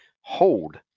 hold